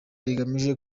rigamije